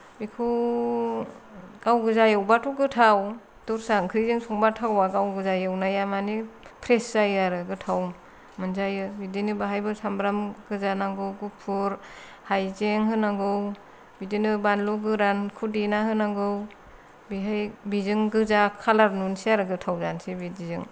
बेखौ गावगोजा एवबाथ' गोथाव दस्रा ओंख्रिजों संबा थावा गाव गोजा एवनाया माने फ्रेश जायो आरो गोथाव मोनजायो बिदिनो बाहायबो सामब्राम गोजा नांगौ गुफुर हायजें होनांगौ बिदिनो बानलु गोरान फुदिना होनांगौ बेहाय बेजों गोजा कालार नुनोसै आरो गोथाव जानोसै बिदिजों